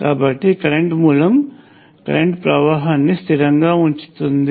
కాబట్టి కరెంట్ మూలం కరెంట్ ప్రవాహాన్ని స్థిరంగా ఉంచుతుంది